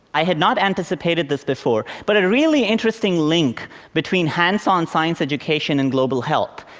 i had not anticipated this before, but a really interesting link between hands-on science education and global health.